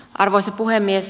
arvoisa puhemies